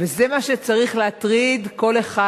וזה מה שצריך להטריד כל אחד.